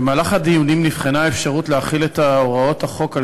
במהלך הדיונים נבחנה אפשרות להחיל את הוראות החוק על